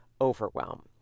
overwhelm